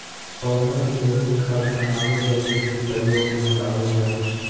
पौधा के जैविक खाद बनाबै लगी भी प्रयोग में लबाल जा हइ